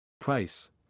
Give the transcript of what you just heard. Price